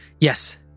yes